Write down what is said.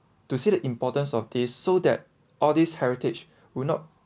to see the importance of this so that all this heritage will not